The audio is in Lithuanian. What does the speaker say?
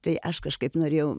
tai aš kažkaip norėjau